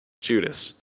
Judas